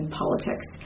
politics